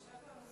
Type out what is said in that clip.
זהו.